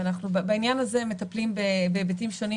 ואנחנו בעניין הזה מטפלים בהיבטים שונים